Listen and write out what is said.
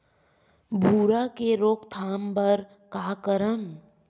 भूरा के रोकथाम बर का करन?